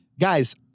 guys